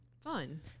fun